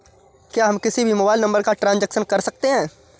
क्या हम किसी भी मोबाइल नंबर का ट्रांजेक्शन कर सकते हैं?